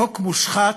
חוק מושחת,